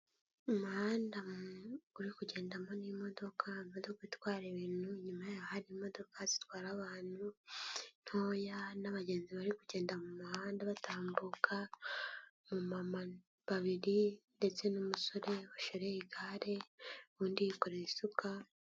Umuhanda uri kugendamo n'imodoka, imodoka itwara ibintu, inyuma yaho hari imodoka zitwara abantu ntoya n'abagenzi bari kugenda mu muhanda batambuka, abamama babiri ndetse n'umusore washoreye igare, undi yikore isuka.